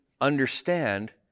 understand